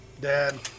Dad